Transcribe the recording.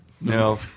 No